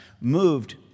moved